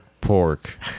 pork